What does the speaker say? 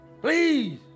Please